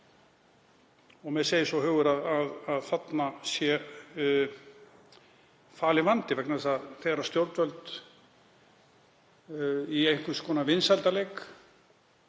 Mér segir svo hugur að þarna sé falinn vandi vegna þess að þegar stjórnvöld í einhvers konar vinsældaleik